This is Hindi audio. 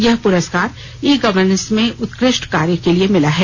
यह पुरस्कार इ गवर्नेंस में उत्कृष्ट कार्य के लिए भिला है